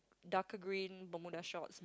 darker green bermuda shorts